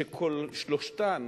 ששלושתן